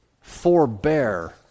Forbear